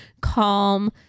calm